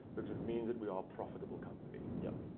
because it means that we are a profitable company. yeah